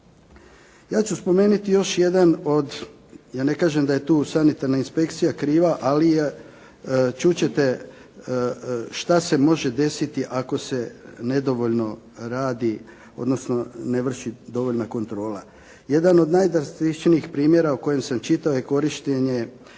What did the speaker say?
Ja ću spomenuti još jedan od, ja ne kažem da je tu sanitarna inspekcija kriva ali čuti ćete što se može desiti ako se nedovoljno radi, odnosno ne vrši dovoljna kontrola. Jedan od najdrastičnijih primjera o kojem sam čitao korištenje